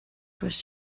was